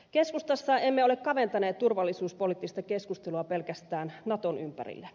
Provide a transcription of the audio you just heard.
keskustassa emme ole kaventaneet turvallisuuspoliittista keskustelua pelkästään naton ympärille